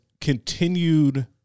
continued